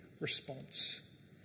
response